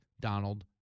Donald